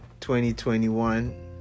2021